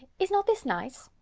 is not this nice?